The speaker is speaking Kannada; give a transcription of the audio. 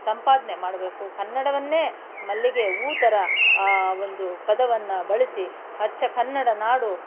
ಸಂಪಾದನೆ ಮಾಡಬೇಕು ಕನ್ನಡವನ್ನೇ ಮಲ್ಲಿಗೆ ಹೂ ಥರ ಆ ಒಂದು ಪದವನ್ನು ಬಳಸಿ ಅಚ್ಚ ಕನ್ನಡ ನಾಡು